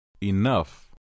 enough